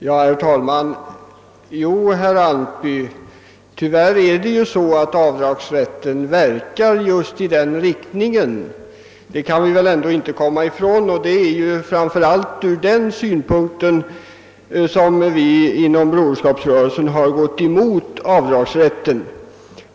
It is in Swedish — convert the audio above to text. Herr talman! Jo, herr Antby, avdragsrätten verkar just i den riktningen! Det kan vi väl ändå inte komma ifrån, och det är framför allt ur den synpunkten som vi inom Broderskapsrörelsen gått emot avdragsrätten.